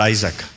Isaac